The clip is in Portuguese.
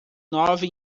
nove